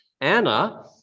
Anna